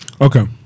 Okay